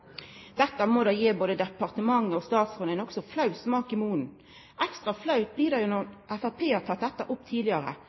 Dette må då gje både departementet og statsråden ein nokså flau smak i munnen. Ekstra flaut blir det når